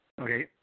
Okay